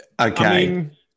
Okay